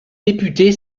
député